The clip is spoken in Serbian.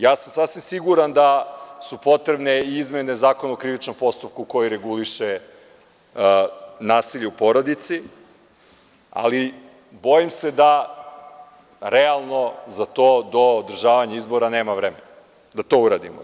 Ja sam sasvim siguran da su potrebne i izmene Zakona o krivičnom postupku koji reguliše nasilje u porodici, ali bojim se da realno za to do održavanja izbora nema vremena da to uradimo.